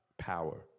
Power